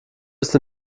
ist